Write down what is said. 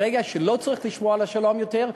ברגע שלא צריך לשמור על השלום יותר,